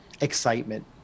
excitement